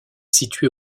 située